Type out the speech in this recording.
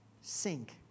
sink